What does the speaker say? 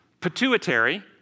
pituitary